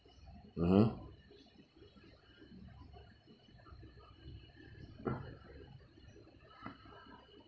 (uh huh)